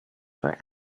for